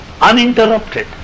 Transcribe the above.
uninterrupted